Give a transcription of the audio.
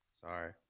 sorry